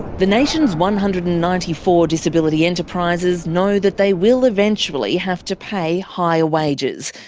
the nation's one hundred and ninety four disability enterprises know that they will eventually have to pay higher wages.